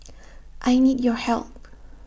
I need your help